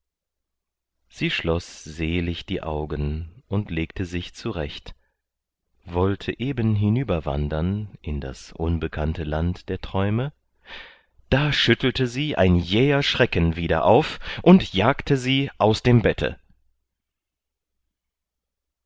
sie schloß selig die augen und legte sich zurecht wollte eben hinüberwandern in das unbekannte land der träume da schüttelte sie ein jäher schrecken wieder auf und jagte sie aus dem bette